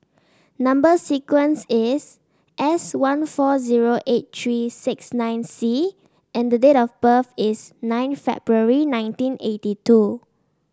number sequence is S one four zero eight three six nine C and the date of birth is nine February nineteen eighty two